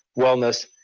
wellness,